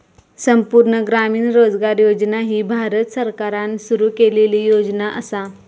संपूर्ण ग्रामीण रोजगार योजना ही भारत सरकारान सुरू केलेली योजना असा